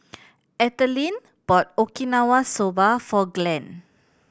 Ethelene bought Okinawa Soba for Glen